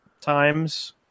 times